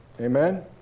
amen